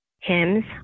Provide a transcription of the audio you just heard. hymns